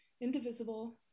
indivisible